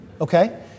okay